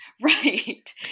Right